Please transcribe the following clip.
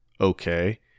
okay